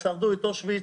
הם שרדו את אושוויץ.